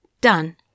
done